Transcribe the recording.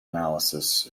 analysis